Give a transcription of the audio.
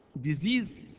Disease